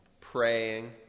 Praying